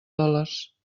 dòlars